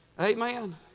Amen